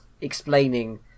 explaining